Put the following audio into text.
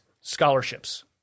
scholarships